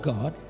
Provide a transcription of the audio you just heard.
God